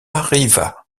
arriva